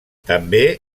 també